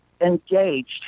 engaged